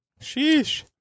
Sheesh